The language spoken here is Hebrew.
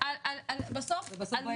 ההחלטה הזו הוקפאה ולא קודמה,